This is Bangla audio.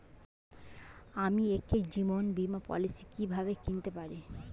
আমি একটি জীবন বীমা পলিসি কিভাবে কিনতে পারি?